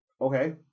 okay